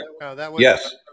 Yes